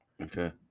Okay